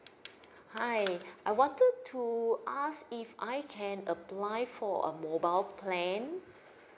hi I wanted to ask if I can apply for a mobile plan